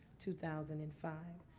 two thousand and five.